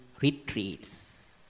retreats